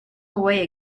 away